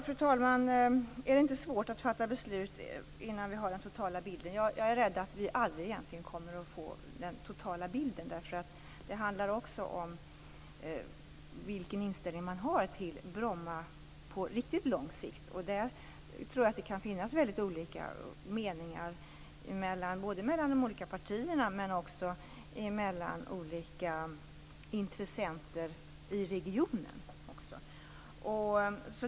Fru talman! Är det inte svårt att fatta beslut innan vi har den totala bilden? Jag är rädd att vi egentligen aldrig kommer att få den totala bilden. Det handlar också om vilken inställning man har till Bromma på riktigt lång sikt. Där tror jag att det kan finnas mycket olika meningar, både mellan de olika partierna och mellan olika intressenter i regionen.